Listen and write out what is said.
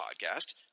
Podcast